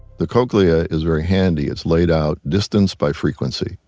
the cochlea is very handy. it's laid out distance by frequency.